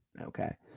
okay